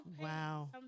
Wow